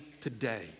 today